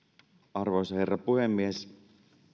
arvoisa herra puhemies